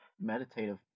meditative